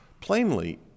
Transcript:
plainly